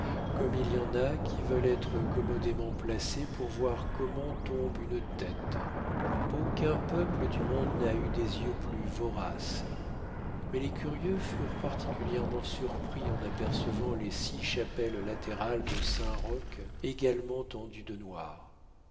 comme il y en a qui veulent être commodément placés pour voir comment tombe une tête aucun peuple du monde n'a eu des yeux plus voraces mais les curieux furent particulièrement surpris en apercevant les six chapelles latérales de saint-roch également tendues de noir